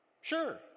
Sure